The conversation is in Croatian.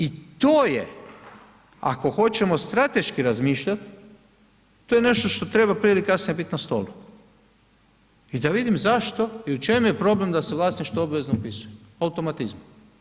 I to je ako hoćemo strateški razmišljati, to je nešto to treba prije ili kasnije bit na stolu i da vidim zašto i u čem je problem da se vlasništvo obvezno upisuje, po automatizmu.